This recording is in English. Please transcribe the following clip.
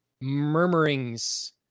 murmurings